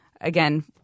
Again